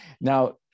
Now